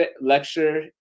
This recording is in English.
lecture